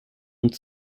und